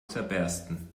zerbersten